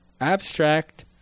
abstract